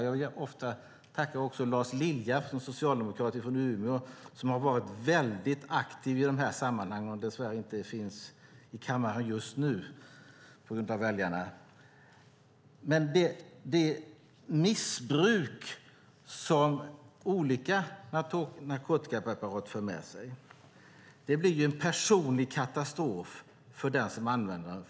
Jag vill tacka också Lars Lilja från Socialdemokraterna i Umeå som har varit väldigt aktiv i dessa sammanhang men som dess värre, på grund av väljarna, inte finns i kammaren just nu. Det missbruk olika narkotikapreparat för med sig blir förr eller senare en personlig katastrof för användaren.